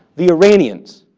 the iranians,